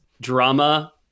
drama